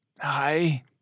Hi